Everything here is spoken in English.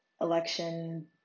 election